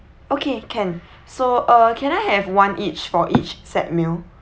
okay can so uh can I have one each for each set meal